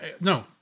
No